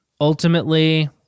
Ultimately